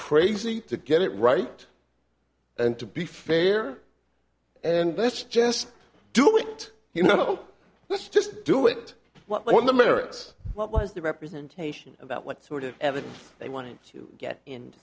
crazy to get it right and to be fair and let's just do it you know let's just do it what are the lyrics what was the representation about what sort of evidence they wanted to get in